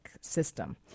system